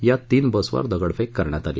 यात तीन बसेसवर दगडफेक करण्यात आली